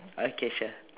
okay sure